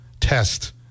test